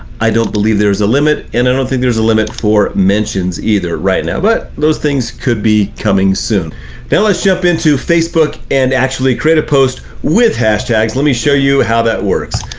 i don't believe there is a limit, and i don't think there is a limit for mentions either right now, but those things could be coming soon. now let's jump into facebook and actually create a post with hashtags. let me show you how that works.